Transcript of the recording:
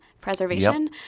Preservation